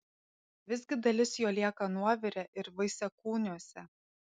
visgi dalis jo lieka nuovire ir vaisiakūniuose